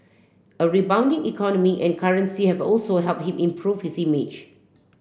a rebounding economy and currency have also help him improve his image